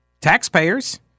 taxpayers